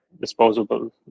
disposable